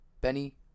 Benny